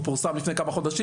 הוא פורסם לפני כמה חודשים".